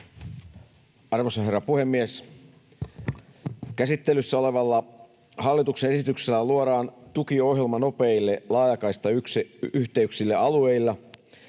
Arvoisa herra puhemies! Käsittelyssä olevalla hallituksen esityksellä luodaan tukiohjelma nopeille laajakaistayhteyksille alueilla,